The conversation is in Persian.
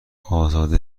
ازاده